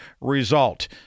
result